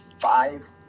five